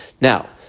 Now